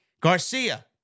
Garcia